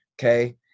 Okay